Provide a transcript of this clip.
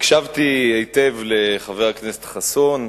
הקשבתי היטב לחבר הכנסת חסון,